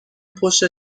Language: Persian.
پشت